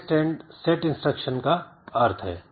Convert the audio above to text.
तो यह test and set instruction का अर्थ है